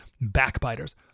backbiters